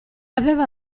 aveva